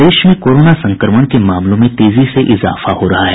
प्रदेश में कोरोना संक्रमण के मामलों में तेजी से इजाफा हो रहा है